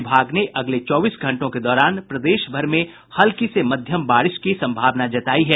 विभाग ने अगले चौबीस घंटों के दौरान प्रदेश भर में हल्की से मध्यम बारिश की संभावना जतायी है